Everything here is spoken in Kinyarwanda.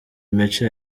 imico